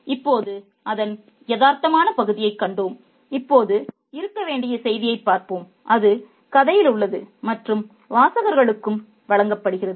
இப்போது அதன் யதார்த்தமான பகுதியைக் கண்டோம் இப்போது இருக்க வேண்டிய செய்தியைப் பார்ப்போம் அது கதையில் உள்ளது மற்றும் வாசகர்களுக்கும் வழங்கப்படுகிறது